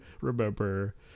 remember